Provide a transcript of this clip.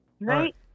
Right